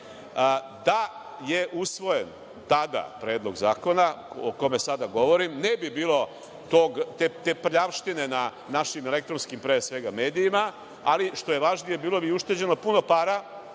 je usvojen tada predlog zakona o kome sada govorim, ne bi bilo te prljavštine na našim elektronskim pre svega medijima, ali što je važnije, bilo bi ušteđeno puno para